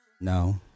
No